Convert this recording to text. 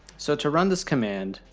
so to run this command,